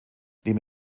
neben